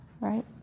right